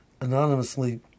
anonymously